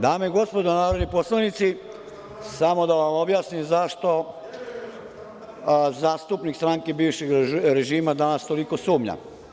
Dame i gospodo narodni poslanici, samo da vam objasnim zašto zastupnik stranke bivšeg režima danas toliko sumnja.